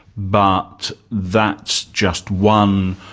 but that's just one